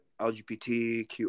LGBTQ